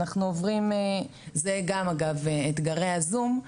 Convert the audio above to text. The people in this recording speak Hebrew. זה גם אגב אחד מאתגרי הזום.